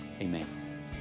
Amen